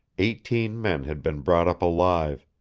eighteen men had been brought up alive,